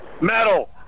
Metal